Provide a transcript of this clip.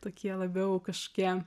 tokie labiau kažkokie